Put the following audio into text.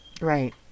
Right